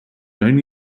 only